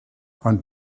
ond